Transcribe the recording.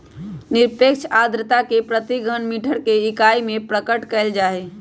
निरपेक्ष आर्द्रता के प्रति घन मीटर के इकाई में प्रकट कइल जाहई